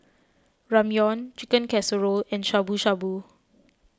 Ramyeon Chicken Casserole and Shabu Shabu